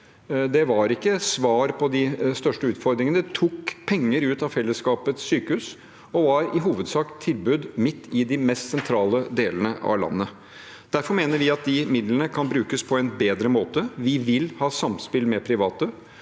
det var ikke et svar på de største utfordringene. Det tok penger ut av fellesskapets sykehus og var i hovedsak tilbud midt i de mest sentrale delene av landet. Derfor mener vi at de midlene kan brukes på en bedre måte. Vi vil ha samspill med private.